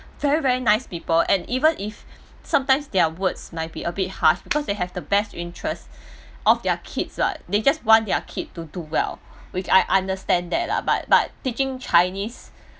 very very nice people and even if sometime they're words might be a bit hash because they have the best interest of their kids [what] they just want their kid to do well which I understand that lah but but teaching chinese